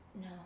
no